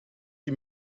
qui